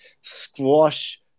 squash